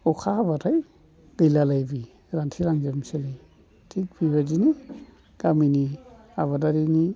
अखा हाबाथाय गैलालाय बेयो रानथेलांजोबनोसै थिग बेबायदिनो गामिनि आबादारिनि